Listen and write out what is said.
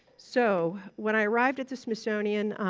so when i arrived at the smithsonian,